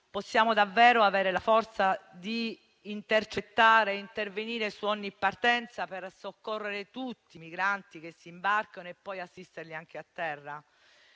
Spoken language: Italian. possa davvero avere la forza d'intercettare e intervenire su ogni partenza per soccorrere tutti i migranti che si imbarcano e poi assisterli anche a terra?